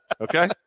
Okay